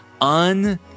un